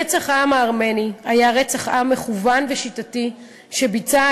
רצח העם הארמני היה רצח עם מכוון ושיטתי שביצעה